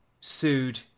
sued